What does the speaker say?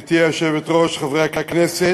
גברתי היושבת-ראש, חברי הכנסת,